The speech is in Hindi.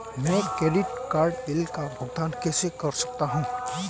मैं क्रेडिट कार्ड बिल का भुगतान कैसे कर सकता हूं?